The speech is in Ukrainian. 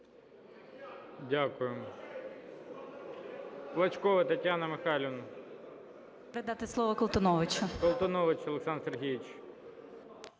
Дякую.